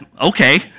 okay